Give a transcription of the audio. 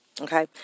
Okay